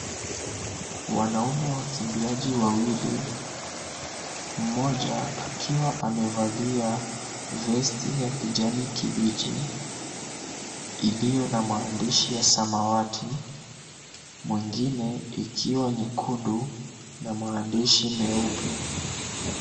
Wanaume wakimbiaji wawili, mmoja akiwa amevalia vesti ya kijani kibichi iliyo na maandishi ya samawati, mwingine ikiwa nyekundu na maandishi meupe.